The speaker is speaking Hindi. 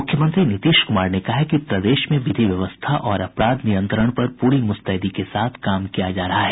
मुख्यमंत्री नीतीश कुमार ने कहा है कि प्रदेश में विधि व्यवस्था और अपराध नियंत्रण पर पूरी मुस्तैदी के साथ काम किया जा रहा है